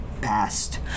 past